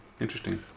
Interesting